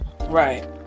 right